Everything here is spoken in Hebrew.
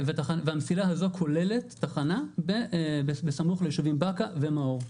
המסילה הזו כוללת תחנה בסמוך לישובים באקה ומאור.